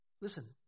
Listen